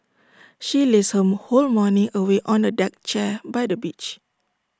she lazed her whole morning away on A deck chair by the beach